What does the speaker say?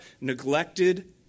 neglected